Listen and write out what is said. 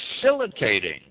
facilitating